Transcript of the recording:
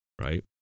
right